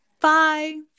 Bye